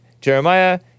Jeremiah